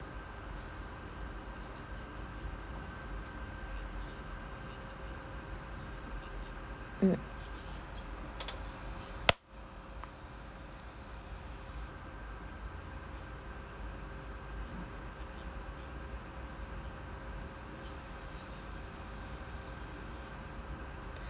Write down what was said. mm